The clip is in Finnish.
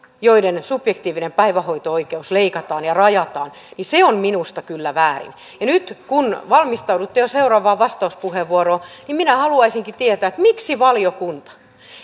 joiden subjektiivinen päivähoito oikeus leikataan ja rajataan on minusta kyllä väärin ja nyt kun valmistaudutte jo seuraavaan vastauspuheenvuoroon minä haluaisinkin tietää miksi valiokunta